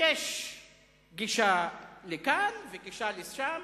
גישה לכאן וגישה לשם,